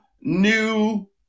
new